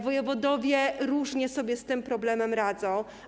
Wojewodowie różnie sobie z tym problemem radzą.